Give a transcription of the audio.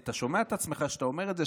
אתה שומע את עצמך כשאתה אומר את זה,